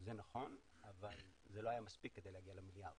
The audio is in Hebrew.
זה נכון אבל זה לא היה מספיק כדי להגיע למיליארד.